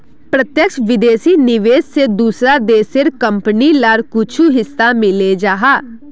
प्रत्यक्ष विदेशी निवेश से दूसरा देशेर कंपनी लार कुछु हिस्सा मिले जाहा